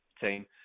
team